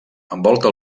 envolta